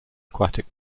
aquatic